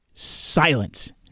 silence